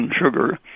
sugar